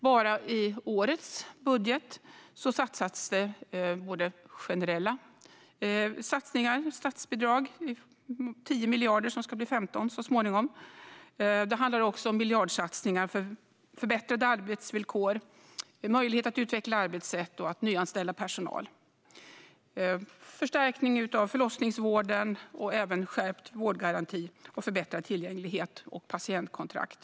Bara i årets budget görs det generella satsningar på 10 miljarder, som så småningom ska bli 15 miljarder. Det handlar också om miljardsatsningar för förbättrade arbetsvillkor, för möjlighet att utveckla arbetssätt och för att nyanställa personal. Vidare handlar det om förstärkning av förlossningsvården, skärpt vårdgaranti, förbättrad tillgänglighet och patientkontrakt.